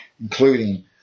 including